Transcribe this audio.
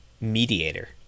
mediator